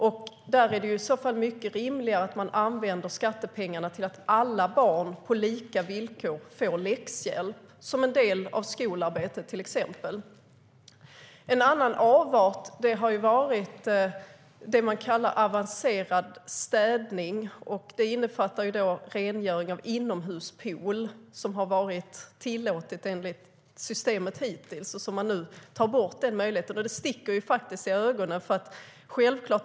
Det är ju mycket rimligare att man använder skattepengarna till att alla barn får läxhjälp på lika villkor, till exempel som en del av skolarbetet. En annan avart har varit det man kallar avancerad städning. Det innefattar rengöring av inomhuspool, vilket har varit tillåtet enligt det nuvarande systemet. Nu tar man bort den möjligheten, och det sticker i ögonen.